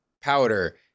powder